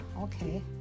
okay